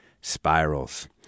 Spirals